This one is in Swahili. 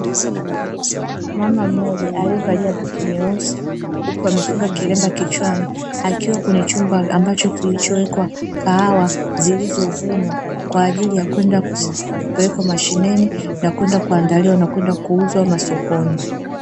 Mama mmoja aliyevalia buti nyeusi huku amefunga kilemba kichwani akiwa kwenye chumba ambacho kilichowekwa kahawa zilizovunwa kwa ajili ya kwenda kupelekwa mashineni na kwenda kuandaliwa na kwenda kuuzwa sokoni.